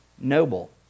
Noble